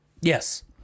Yes